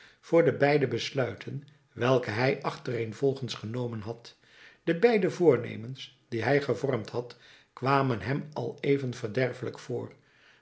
voor de beide besluiten welke hij achtereenvolgens genomen had de beide voornemens die hij gevormd had kwamen hem al even verderfelijk voor